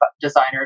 designers